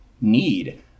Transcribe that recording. need